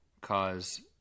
cause